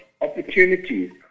opportunities